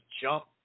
jump